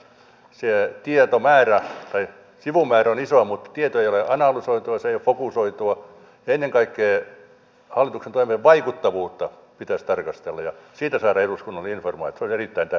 se sivumäärä on iso mutta tieto ei ole analysoitua se ei ole fokusoitua ja ennen kaikkea hallituksen toimien vaikuttavuutta pitäisi tarkastella ja siitä saada eduskunnalle informaatiota